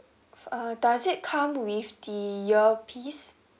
uh does it come with the earpiece